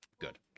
good